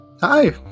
Hi